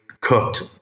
cooked